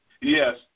Yes